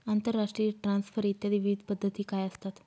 आंतरराष्ट्रीय ट्रान्सफर इत्यादी विविध पद्धती काय असतात?